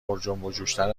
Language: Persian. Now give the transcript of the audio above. پرجنبوجوشتر